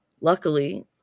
Luckily